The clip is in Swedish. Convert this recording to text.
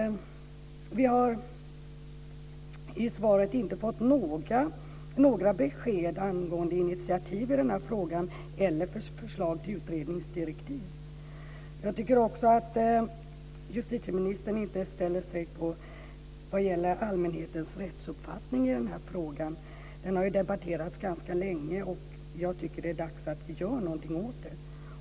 Vi har inte fått några besked i svaret om initiativ i den här frågan eller förslag till utredningsdirektiv. Jag tycker också att justitieministern inte tar hänsyn till allmänhetens rättsuppfattning i den här frågan. Den har ju debatterats ganska länge. Jag tycker att det är dags att vi gör någonting åt detta.